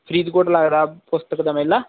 ਫਰੀਦਕੋਟ ਲੱਗਦਾ ਪੁਸਤਕ ਦਾ ਮੇਲਾ